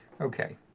Okay